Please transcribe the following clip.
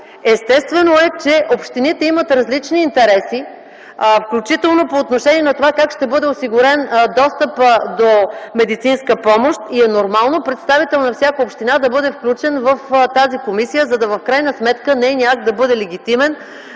Естествено е, че общините имат различни интереси, включително по отношение на това как ще бъде осигурен достъпът до медицинска помощ и е нормално представител на всяка община да бъде включен в тази комисия, за да може в крайна сметка нейният акт да бъде легитимен